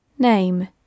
Name